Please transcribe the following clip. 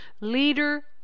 leader